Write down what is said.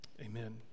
amen